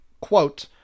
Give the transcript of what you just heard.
quote